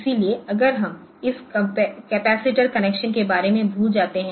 इसलिए अगर हम इस कपैसिटर कनेक्शन के बारे में भूल जाते हैं